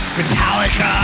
Metallica